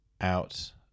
out